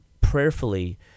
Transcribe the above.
prayerfully